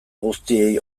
guztiei